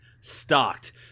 stocked